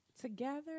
together